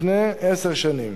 לפני עשר שנים.